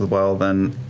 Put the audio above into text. well then,